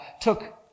took